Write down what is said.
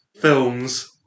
films